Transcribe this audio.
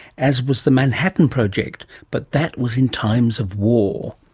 as was the manhattan project, but that was in times of war.